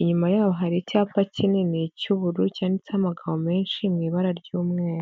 inyuma y'aho hari icyapa kinini cy'uburu cyanditsemo amagambo menshi mu ibara ry'umweru.